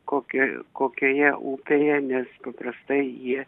kokie kokioje upėje nes paprastai jie